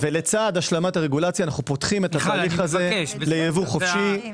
ולצד השלמת הרגולציה אנו פותחים את התהליך הזה לייבוא חופשי.